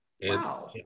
Wow